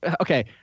okay